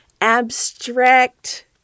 abstract